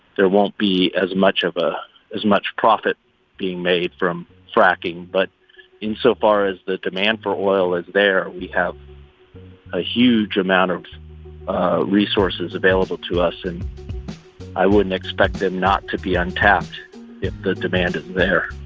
there won't be as much of a as much profit being made from fracking. but insofar as the demand for oil is there, we have a huge amount of resources available to us, and i wouldn't expect them not to be untapped if the demand is there